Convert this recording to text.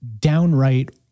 downright